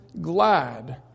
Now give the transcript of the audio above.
glad